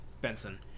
Benson